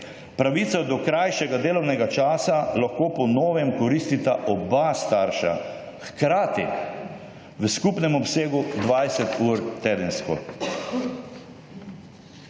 pravica do krajšega delovnega časa lahko po novem koristita oba starša hkrati v skupnem obsegu 20 ur tedensko.